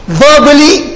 verbally